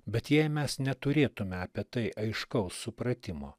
bet jei mes neturėtume apie tai aiškaus supratimo